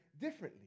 differently